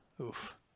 Oof